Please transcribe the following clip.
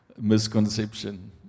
misconception